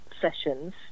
Sessions